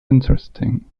interesting